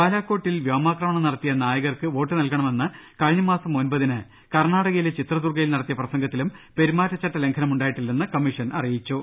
ബലാക്കോട്ടിൽ വ്യോമാക്രമണം നടത്തിയ നായകർക്ക് വോട്ട് നൽകണമെന്ന് കഴിഞ്ഞ മാസം ഒൻപതിന് കർണാടകയിലെ ചിത്ര ദുർഗയിൽ നടത്തിയ പ്രസംഗത്തിലും പെരുമാറ്റിച്ചട്ട ലംഘനം ഉണ്ടാ യിട്ടില്ലെന്ന് കമ്മീഷൻ അറിയിച്ചു